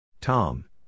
Tom